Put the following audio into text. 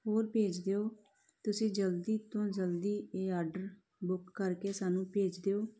ਹੋਰ ਭੇਜ ਦਿਓ ਤੁਸੀਂ ਜਲਦੀ ਤੋਂ ਜਲਦੀ ਇਹ ਆਰਡਰ ਬੁੱਕ ਕਰਕੇ ਸਾਨੂੰ ਭੇਜ ਦਿਓ